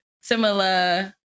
similar